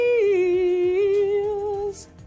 feels